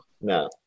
No